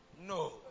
No